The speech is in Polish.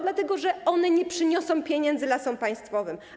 Dlatego że one nie przyniosą pieniędzy Lasom Państwowym.